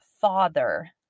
father